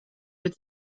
with